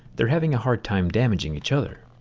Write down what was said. they're having a hard time damaging each other.